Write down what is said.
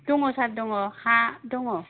दङ' सार दङ' हा दङ'